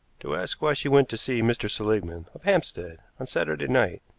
to ask why she went to see mr. seligmann, of hampstead, on saturday night.